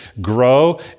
grow